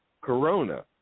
corona